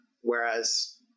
Whereas